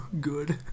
good